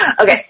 Okay